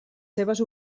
seves